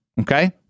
Okay